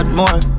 more